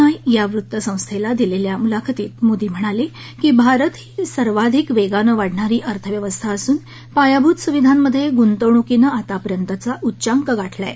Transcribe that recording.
I या वृत्तसंस्थेला दिलेल्या मुलाखतीत मोदी म्हणाले की भारत ही सर्वाधिक वेगानं वाढणारी अर्थव्यवस्था असून पायाभूत सुविधांमध्ये गुंतवणुकीनं आतापर्यंतचा उच्चांक गाठला आहे